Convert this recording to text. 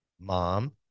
mom